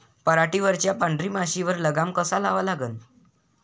पराटीवरच्या पांढऱ्या माशीवर लगाम कसा लावा लागन?